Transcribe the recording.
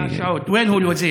(אומר בערבית: